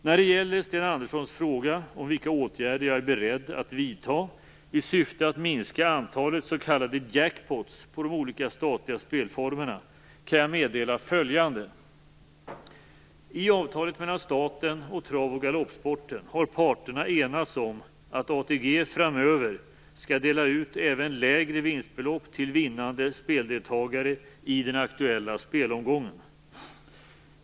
När det gäller Sten Anderssons fråga vilka åtgärder jag är beredd att vidta i syfte att minska antalet s.k. jackpoter på de olika statliga spelformerna kan jag meddela följande. I avtalet mellan staten och trav och galoppsporten har parterna enats om att ATG framöver skall dela ut även lägre vinstbelopp till vinnande speldeltagare i den aktuella spelomgången.